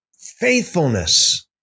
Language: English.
faithfulness